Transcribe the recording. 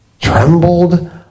Trembled